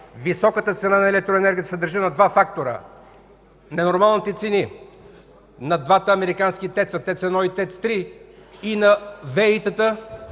Високата цена на електроенергията се дължи на два фактора: ненормалните цени на двата американски ТЕЦ-а – ТЕЦ-1 и ТЕЦ-3, и на ВЕИ-тата.